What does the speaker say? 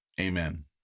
amen